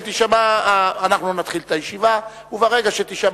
אנחנו נתחיל את הישיבה וברגע שתישמע